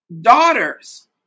daughters